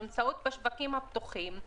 שנמצאות בשווקים הפתוחים.